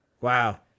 Wow